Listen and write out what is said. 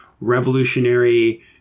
revolutionary